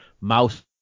mouse